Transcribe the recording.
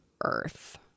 Earth